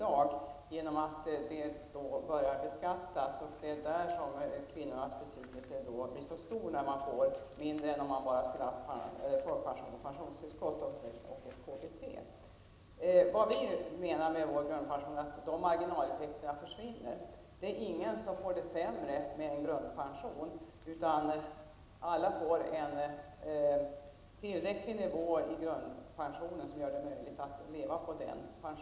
ATP pensionerna beskattas, och det är därför som kvinnornas besvikelse blir så stor, eftersom de får mindre än om de bara skulle ha haft folkpension, pensionstillskott och KBT. Med vårt förslag om grundpension menar vi att dessa marginaleffekter försvinner. Det är ingen som får det sämre med en grundpension, utan alla får en tillräcklig grundpension som gör det möjligt att leva på den.